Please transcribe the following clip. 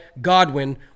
Godwin